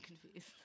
confused